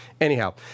Anyhow